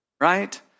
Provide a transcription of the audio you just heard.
Right